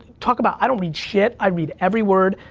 talk about, i don't read shit. i read every word,